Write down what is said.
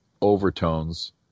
overtones